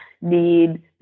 need